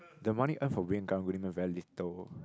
the money earn from being a karang guni man very little